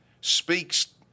speaks